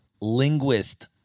linguist